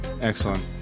Excellent